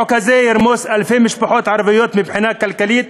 החוק הזה ירמוס אלפי משפחות ערביות מבחינה כלכלית,